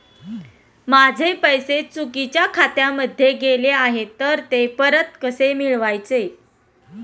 माझे पैसे चुकीच्या खात्यामध्ये गेले आहेत तर ते परत कसे मिळवायचे?